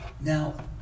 Now